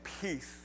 peace